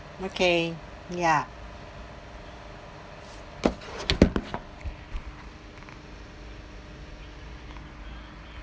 okay ya